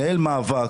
מנהל מאבק,